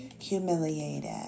humiliated